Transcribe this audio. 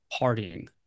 partying